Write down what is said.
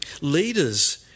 Leaders